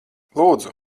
lūdzu